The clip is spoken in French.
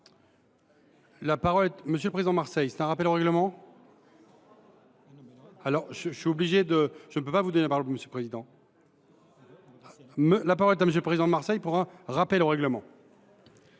La parole est à M. Hervé Marseille, pour un rappel au règlement.